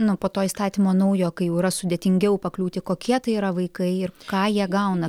nu po to įstatymo naujo kai jau yra sudėtingiau pakliūti kokie tai yra vaikai ir ką jie gauna